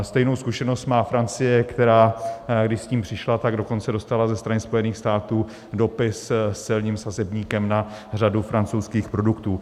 Stejnou zkušenost má Francie, která když s tím přišla, tak dokonce dostala ze strany Spojených států dopis s celním sazebníkem na řadu francouzských produktů.